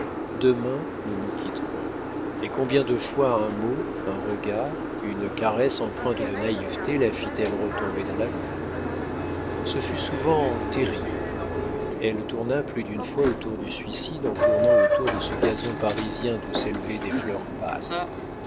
demain nous nous quitterons et combien de fois un mot un regard une caresse empreinte de naïveté la fit-elle retomber dans l'amour ce fut souvent terrible elle tourna plus d'une fois autour du suicide en tournant autour de ce gazon parisien d'où s'élevaient des fleurs pâles